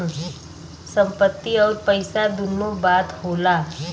संपत्ति अउर पइसा दुन्नो बात होला